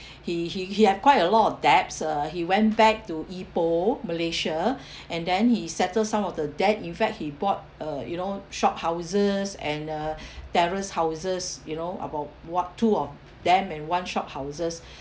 he he he had quite a lot of debts uh he went back to ipoh malaysia and then he settled some of the debt in fact he bought uh you know shop houses and uh terrace houses you know about what two of them and one shophouses